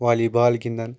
والی بال گنٛدان